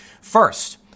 First